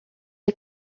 est